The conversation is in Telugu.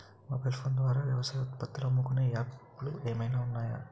మొబైల్ ఫోన్ ద్వారా వ్యవసాయ ఉత్పత్తులు అమ్ముకునే యాప్ లు ఏమైనా ఉన్నాయా?